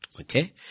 Okay